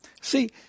See